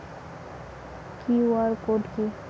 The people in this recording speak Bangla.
কিউ.আর কোড কি?